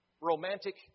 romantic